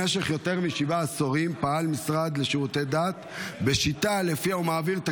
במשך יותר משבעה עשורים פעל המשרד לשירותי דת בשיטה שבה הוא מעביר את